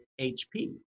HP